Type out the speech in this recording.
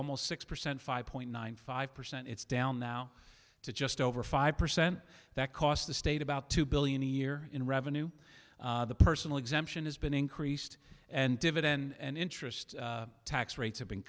almost six percent five point nine five percent it's down now to just over five percent that cost the state about two billion a year in revenue the personal exemption has been increased and dividends and interest tax rates have been